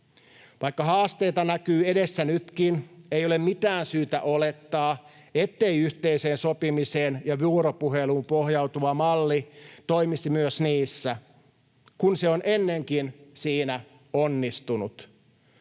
Vaikka haasteita näkyy edessä nytkin, ei ole mitään syytä olettaa, ettei yhteiseen sopimiseen ja vuoropuheluun pohjautuva malli toimisi myös niissä, kun se on ennenkin siinä onnistunut.